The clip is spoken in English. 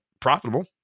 profitable